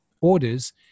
orders